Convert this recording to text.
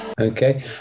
Okay